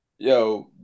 Yo